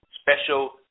special